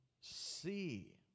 see